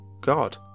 God